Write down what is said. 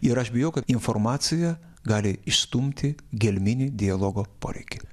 ir aš bijau kad informacija gali išstumti gelminį dialogo poreikį